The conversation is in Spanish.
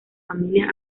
familias